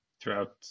throughout